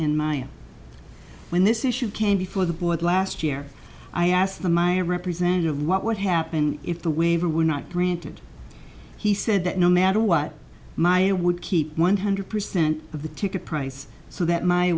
in my when this issue came before the board last year i asked the my representative what would happen if the waiver were not granted he said that no matter what maya would keep one hundred percent of the ticket price so that my